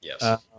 Yes